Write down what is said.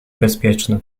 bezpieczny